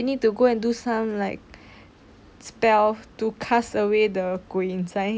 I need to go and do some like spell to cast away the 鬼 inside